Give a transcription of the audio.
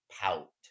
pout